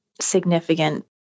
significant